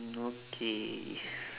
mm okay